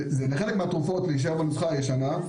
לחלק מהתרופות זה יישאר בנוסחה הישנה,